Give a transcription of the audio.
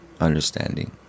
understanding